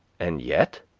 and yet